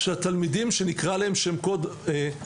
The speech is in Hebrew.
של התלמידים שנקרא להם בשם קוד מסורתיים.